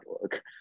work